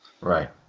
Right